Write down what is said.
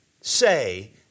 say